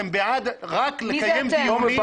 אתם רק בעד לקיים דיונים.